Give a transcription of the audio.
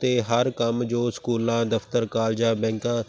ਤਾਂ ਹਰ ਕੰਮ ਜੋ ਸਕੂਲਾਂ ਦਫਤਰ ਕਾਲਜਾਂ ਬੈਂਕਾਂ